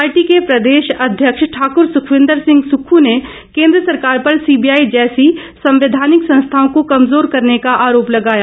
party के प्रदेश अध्यक्ष ठाकुर सुखविन्द्र सिंह सुक्खू ने केन्द्र सरकार पर सीबीआई जैसी संवैधानिक संस्थाओं को कमजोर करने का आरोप लगाया